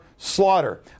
Slaughter